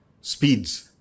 speeds